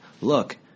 look